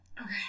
Okay